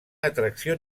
atracció